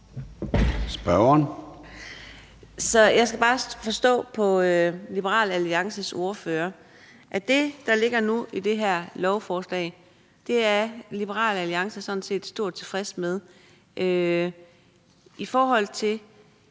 (DD): Så jeg kan bare forstå på Liberal Alliances ordfører, at det, der ligger nu i det her lovforslag, er Liberal Alliance sådan stort set tilfreds med. I forhold til